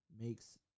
makes